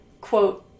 quote